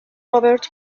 robert